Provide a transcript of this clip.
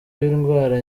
w’indwara